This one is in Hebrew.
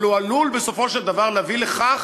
אבל הוא עלול בסופו של דבר להביא לכך